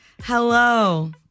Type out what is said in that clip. hello